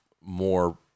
more